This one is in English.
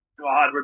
God